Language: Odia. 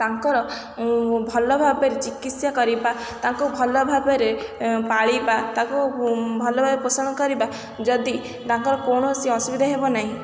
ତାଙ୍କର ଭଲ ଭାବରେ ଚିକିତ୍ସା କରିବା ତାଙ୍କୁ ଭଲ ଭାବରେ ପାଳିବା ତାକୁ ଭଲ ଭାବରେ ପୋଷଣ କରିବା ଯଦି ତାଙ୍କର କୌଣସି ଅସୁବିଧା ହେବ ନାହିଁ